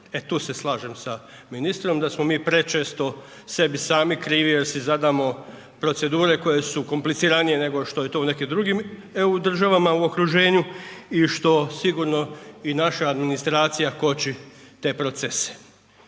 E tu se slažem sa ministrom, da smo mi prečesto sebi sami krivi jer si zadamo procedure koje su kompliciranije nego što je to u nekim drugim EU državama u okruženju i što sigurno i naša administracija koči te procese